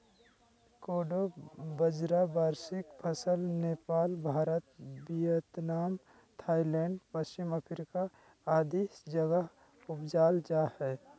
कोडो बाजरा वार्षिक फसल नेपाल, भारत, वियतनाम, थाईलैंड, पश्चिम अफ्रीका आदि जगह उपजाल जा हइ